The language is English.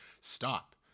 Stop